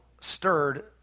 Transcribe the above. stirred